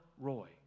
Roy